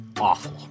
awful